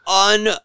un